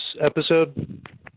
episode